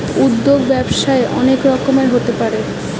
উদ্যোগ ব্যবসায়ে অনেক রকমের হতে পারে